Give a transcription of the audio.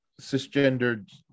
cisgendered